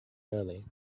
early